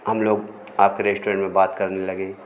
हम लोग आपके रेस्टोरेंट में बात करने लगे